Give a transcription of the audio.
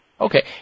Okay